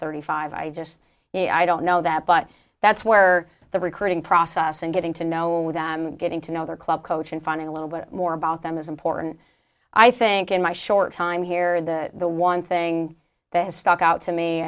thirty five i just you know i don't know that but that's where the recruiting process and getting to know with and getting to know their club coach and finding a little bit more about them is important i think in my short time here the the one thing that has stuck out to me